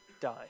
die